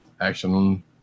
action